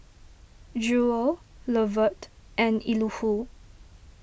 Jewel Lovett and Elihu